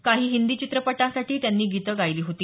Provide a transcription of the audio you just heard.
काही हिंदी चित्रपटांसाठीही त्यांनी गीतं गायली होती